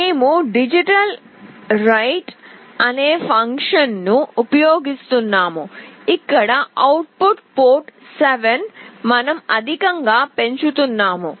మేము digital write అనే ఫంక్షన్ను ఉపయోగిస్తున్నాము ఇక్కడ అవుట్పుట్ పోర్ట్ 7 మనం అధికంగా పెంచుతున్నాము